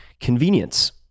convenience